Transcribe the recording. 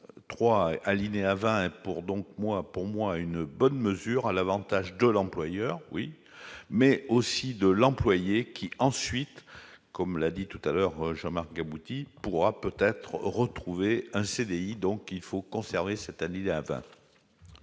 donc moi pour moi une bonne mesure à l'Avantage de l'employeur, oui, mais aussi de l'employé qui, ensuite, comme l'a dit tout à l'heure, Jean-Marc aboutit pourra peut-être retrouver un CDI, donc il faut conserver cette année 20.